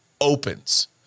opens